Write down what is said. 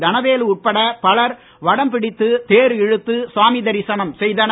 தனவேலு உட்பட பலர் வடம் பிடித்து தேர் இழுத்து சாமி தரிசனம் செய்தனர்